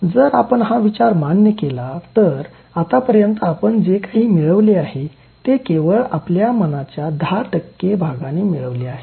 आता जर आपण हा विचार मान्य केला तर आतापर्यंत आपण जे काही मिळवले आहे ते केवळ आपल्या मनाचा १० भागाने मिळवले आहे